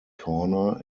corner